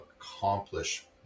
accomplish